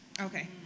Okay